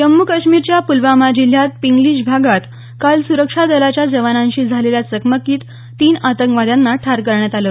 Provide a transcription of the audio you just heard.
जम्म् काश्मीरच्या प्लवामा जिल्ह्यात पिंगलीश भागात काल सुरक्षा दलाच्या जवानांशी झालेल्या चकमकीत तीन आतंकवाद्यांना ठार करण्यात आलं